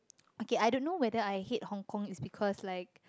okay I don't know whether I hate Hong-Kong it's because like